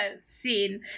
scene